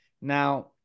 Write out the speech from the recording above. Now